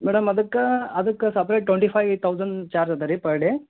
madam ಅದಕ್ಕೆ ಅದಕ್ಕೆ separate twenty five thousand charge ಅದ ರೀ ಪರ್ ಡೇ